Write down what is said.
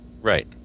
Right